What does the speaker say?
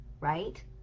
right